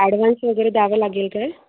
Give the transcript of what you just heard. advance वगैरे द्यावं लागेल का